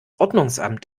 ordnungsamt